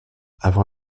avant